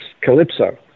calypso